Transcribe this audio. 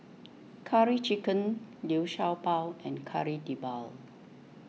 Curry Chicken Liu Sha Bao and Kari Debal